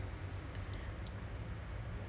oh you picking up course kat mana sekarang